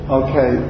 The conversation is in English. okay